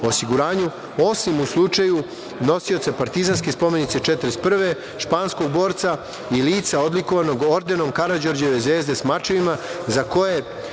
o PIO, osim u slučaju nosioca Partizanske spomenice 1941, španskog borca i lica odlikovanog Ordenom Karađorđeve zvezde sa mačevima za koje